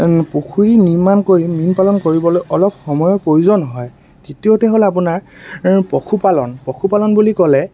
পুখুৰী নিৰ্মাণ কৰি মীন পালন কৰিবলৈ অলপ সময়ৰ প্ৰয়োজন হয় দ্বিতীয়তে হ'ল আপোনাৰ পশুপালন পশুপালন বুলি ক'লে